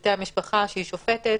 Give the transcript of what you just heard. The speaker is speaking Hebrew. שופטי המשפחה שהיא שופטת,